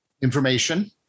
information